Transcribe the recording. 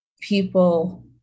people